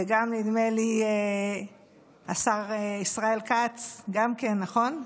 ונדמה לי שהשר ישראל כץ גם כן, נכון?